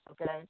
okay